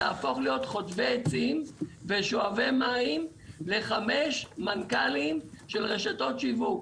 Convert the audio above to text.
נהפוך להיות חוטבי עצים ושואבי מים לחמש מנכ"לים של רשתות שיווק.